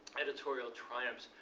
editorial triumphs,